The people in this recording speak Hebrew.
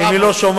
אם היא לא שומעת,